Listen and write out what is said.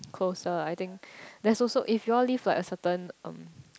closer I think there's also if you all live like a certain um